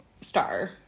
star